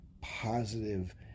positive